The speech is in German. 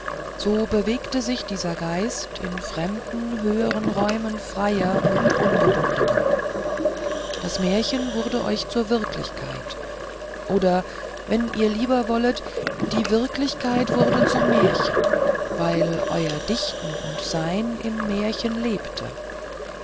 so bewegte sich dieser geist in fremden höheren räumen freier und ungebundener das märchen wurde euch zur wirklichkeit oder wenn ihr lieber wollet die wirklichkeit wurde zum märchen weil euer dichten und sein im märchen lebte